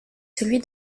celui